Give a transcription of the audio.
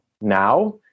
now